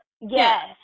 yes